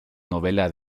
novela